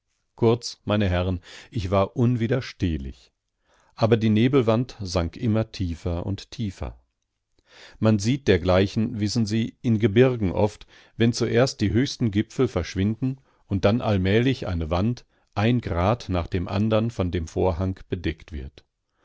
kurz meine herren ich war unwiderstehlich aber die nebelwand sank immer tiefer und tiefer man sieht dergleichen wissen sie in gebirgen oft wenn zuerst die höchsten gipfel verschwinden und dann allmählich eine wand ein grat nach dem andern von dem vorhang bedeckt wird